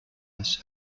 ice